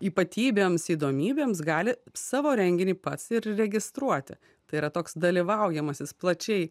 ypatybėms įdomybėms gali savo renginį pats ir registruoti tai yra toks dalyvaujamasis plačiai